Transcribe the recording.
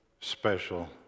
special